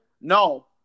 No